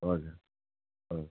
हजुर हजुर